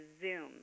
Zoom